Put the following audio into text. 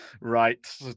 Right